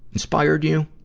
inspired you,